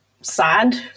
sad